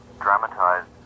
dramatized